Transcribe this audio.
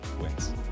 wins